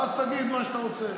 ואז תגיד מה שאתה רוצה.